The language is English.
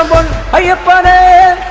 aiyappa,